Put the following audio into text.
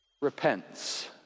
repents